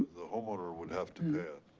the homeowner would have to